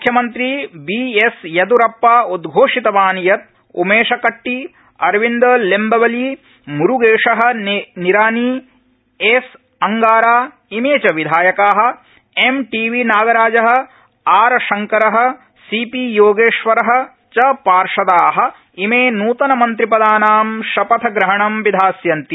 मुख्यमन्त्री B S Yediyurappa उद्घोषितवान् यत् उमेशकट्टी अरविन्द लिम्बवली म्रूगेश निरानी एसअंगारा इमे च विधायका एम् टीबी नागराज आरशंकर सीपीयोगेश्वर च पार्षदा इमे नूतन मन्त्रिपदानां शपथग्रहणं विधास्यन्ति